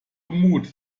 mut